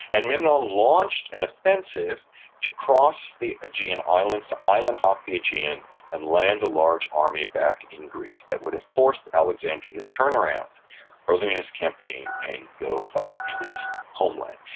and memnon launched an offensive to cross the aegean islands, to island-hop the aegean and land a large army back in greece that would have forced alexander to turn around early in his campaign and go fight in his homeland.